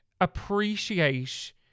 appreciate